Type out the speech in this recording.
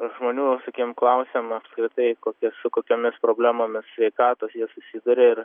žmonių sakykim klausėm apskritai kokia su kokiomis problemomis sveikatos jie susiduria ir